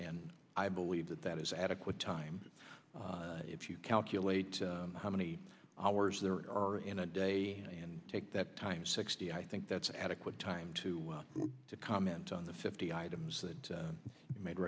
and i believe that that is adequate time if you calculate how many hours there are in a day and take that time sixty i think that's adequate time to comment on the fifty items that made